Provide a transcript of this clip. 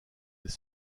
les